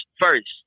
first